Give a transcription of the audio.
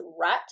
rut